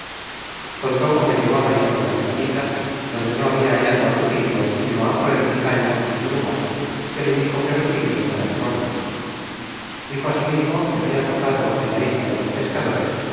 contó cómo llegó a la isla de las ermitas donde no habia hallado á rutilio sino á otro ermitaño en su lugar que le dijo que rutilio estaba en roma dijo asimismo que habia tocado en la isla de los pescadores